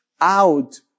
out